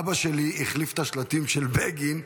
אבא שלי החליף את השלטים של בגין,